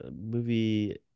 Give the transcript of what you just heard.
movie